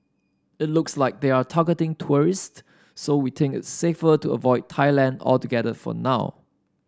it looks like they're targeting tourist so we think it's safer to avoid Thailand altogether for now